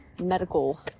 medical